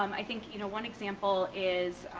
um i think you know one example is,